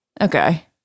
okay